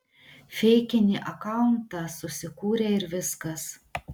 feikinį akauntą susikūrė ir viskas